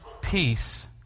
peace